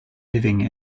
living